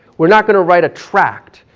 we're not going to write a tract.